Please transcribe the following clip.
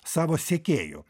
savo sekėjų